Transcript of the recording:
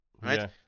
Right